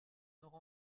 n’aura